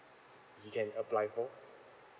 he can apply for